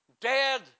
dead